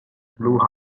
blue